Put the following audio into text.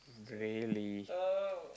really